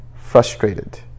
frustrated